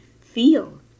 feel